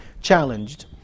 challenged